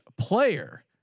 player